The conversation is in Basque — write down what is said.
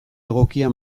egokia